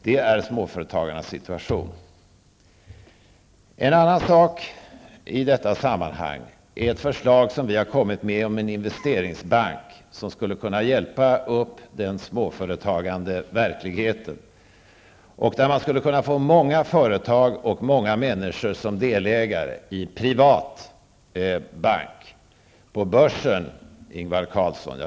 Det är småföretagarnas situation. En annan sak i detta sammanhang är ett förslag som vi har kommit med om en investeringsbank, som skulle kunna förbättra den småföretagande verkligheten, där många företag och människor skulle vara delägare i en privat bank, nej, på börsen -- jag beklagar, Ingvar Carlsson.